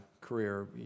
career